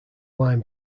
line